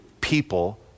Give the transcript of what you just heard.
People